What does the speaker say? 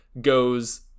goes